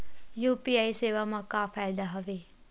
UPI सेवा मा का फ़ायदा हवे?